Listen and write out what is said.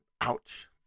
Ouch